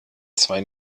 zwei